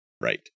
right